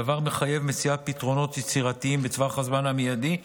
הדבר מחייב מציאת פתרונות יצירתיים בטווח הזמן המיידי,